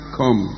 come